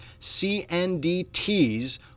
CNDT's